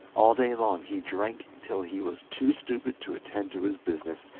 all day long he drank till he was too stupid to attend to his business,